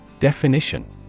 Definition